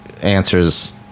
answers